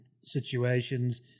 situations